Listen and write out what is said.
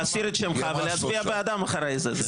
להסיר את שמך ולהצביע בעדן אחרי זה?